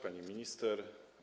Pani Minister!